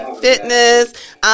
Fitness